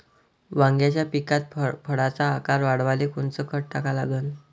वांग्याच्या पिकात फळाचा आकार वाढवाले कोनचं खत टाका लागन?